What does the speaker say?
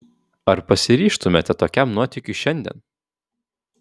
ar pasiryžtumėte tokiam nuotykiui šiandien